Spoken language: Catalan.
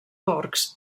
porcs